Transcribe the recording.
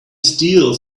steel